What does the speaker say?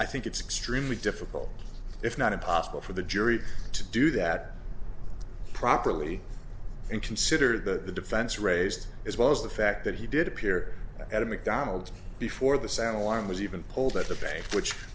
i think it's extremely difficult if not impossible for the jury to do that properly and consider the defense raised as well as the fact that he did appear at a mcdonald's before the sound alarm was even pulled at the bank which